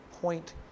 point